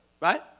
Right